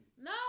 No